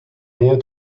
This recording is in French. rien